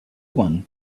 one